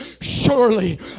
Surely